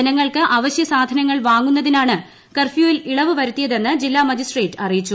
ജനങ്ങൾക്ക് അവശ്യസാധനങ്ങൾ വാങ്ങുന്നതിനാണ് കർഫ്യൂവിൽ ഇളവ് വരുത്തിയതെന്ന് ജില്ല മജിസ്ട്രേറ്റ് അറിയിച്ചു